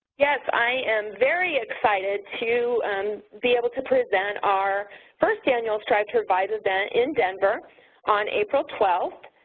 yes, i am very excited to and be able to present our first annual strive to revive event in denver on april twelve.